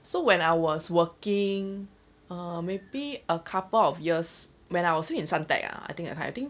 so when I was working uh maybe a couple of years when I was in suntec ah I think that kind of thing